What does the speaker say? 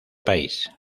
país